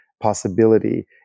possibility